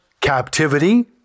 captivity